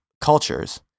cultures